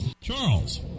Charles